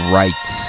rights